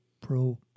pro